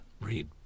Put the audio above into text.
read